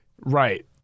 Right